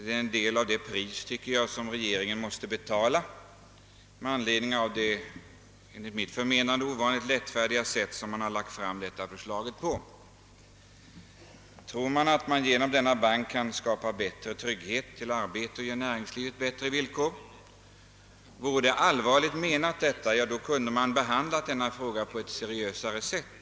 Det är en del av det pris som regeringen måste betala för att den lagt fram förslaget på ett, enligt mitt förmenande, ovanligt lättfärdigt sätt. Tror man att man genom denna bank kan skapa bättre trygghet till arbete och ge näringslivet bättre villkor kunde man, om förslaget vore allvarligt menat, ha behandlat det på ett seriösare sätt.